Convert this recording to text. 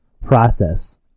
process